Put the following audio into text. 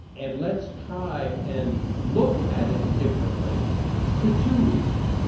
and let's try and look at it differently for two reasons.